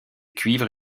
cuivre